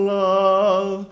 love